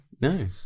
no